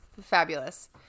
Fabulous